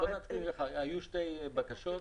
היו שתי בקשות.